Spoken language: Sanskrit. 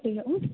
हरि ओम्